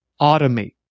automate